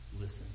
listen